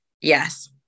Yes